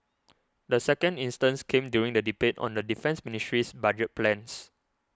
the second instance came during the debate on the Defence Ministry's budget plans